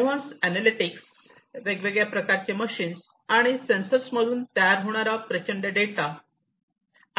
advance analytics वेगवेगळ्या प्रकारच्या machines आणि सेन्सरमधून तयार होणारा प्रचंड डेटा